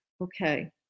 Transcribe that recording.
Okay